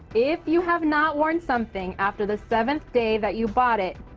if you have not worn something after the seventh day that you bought it,